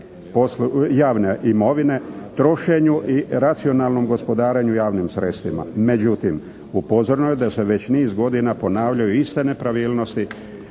javne imovine, trošenju i racionalnom gospodarenju javnim sredstvima. Međutim, upozoreno je da se već niz godina ponavljaju iste nepravilnosti